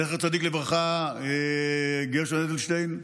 זכר צדיק לברכה, גרשון אדלשטיין,